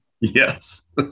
Yes